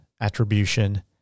Attribution